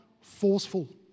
forceful